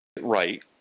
right